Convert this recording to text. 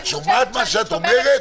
את שומעת מה שאת אומרת?